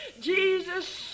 Jesus